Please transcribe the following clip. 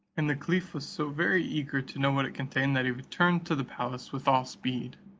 and the caliph was so very eager to know what it contained, that he returned to the palace with all speed.